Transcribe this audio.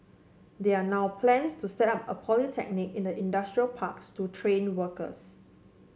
there are now plans to set up a polytechnic in the industrial parks to train workers